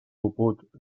puput